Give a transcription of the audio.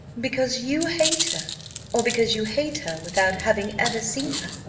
because you hate her or because you hate her without having ever seen her?